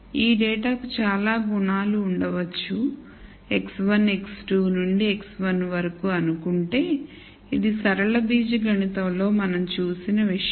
ఈ డేటాకు చాలా గుణాలు ఉండవచ్చు x1 x2 నుండి Xn వరకు అనుకుంటే ఇది సరళ బీజగణితంలో మనం చూసిన విషయం